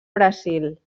brasil